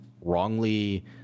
wrongly